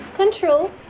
Control